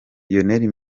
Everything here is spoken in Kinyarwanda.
lionel